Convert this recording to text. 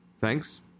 Thanks